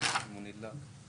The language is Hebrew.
(באמצעות מצגת)